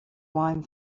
wine